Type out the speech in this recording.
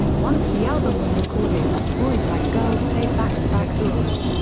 once the album was recorded, boys like girls played back-to-back tours,